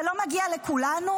זה לא מגיע לכולנו?